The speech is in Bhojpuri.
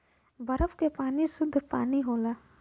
बरफ क पानी सुद्ध पानी होला